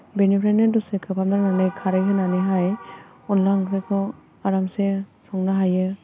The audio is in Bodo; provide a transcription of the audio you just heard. बेनिफ्रायनो दसे खोबहाबनानै खारै होनानैहाय अनला ओंख्रिखौ आरामसे संनो हायो